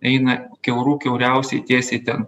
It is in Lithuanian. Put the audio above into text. eina kiaurų kiauriausiai tiesiai ten